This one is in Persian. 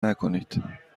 نکنید